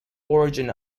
origin